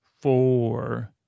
four